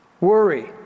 Worry